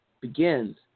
begins